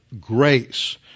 grace